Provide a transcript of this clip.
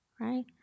Right